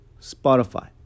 Spotify